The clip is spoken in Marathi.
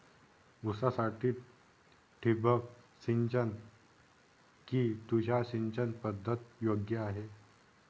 ऊसासाठी ठिबक सिंचन कि तुषार सिंचन पद्धत योग्य आहे?